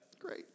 Great